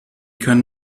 kann